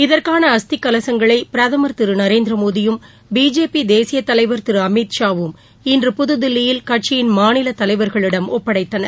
இதற்கான அஸ்தி கலசங்களை பிரதமர் திரு நரேந்திரமோடியும் பிஜேபி தேசிய தலைவர் திரு அமித்ஷாவும் இன்று புதுதில்லியில் கட்சியின் மாநில தலைவர்களிடம் ஒப்படைத்தனர்